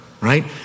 right